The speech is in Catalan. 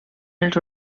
els